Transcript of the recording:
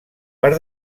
per